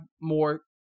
more